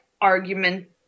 argument